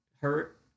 hurt